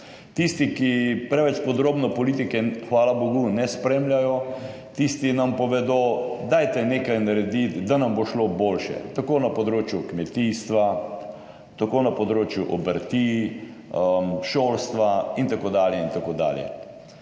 Tisti, ki preveč podrobno politike, hvala bogu, ne spremljajo, tisti nam povedo, dajte nekaj narediti, da nam bo šlo boljše tako na področju kmetijstva, tako na področju obrti, šolstva itd., itd.